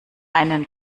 einen